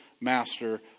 master